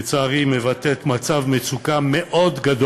לצערי, היא מבטאת מצב מצוקה מאוד רחב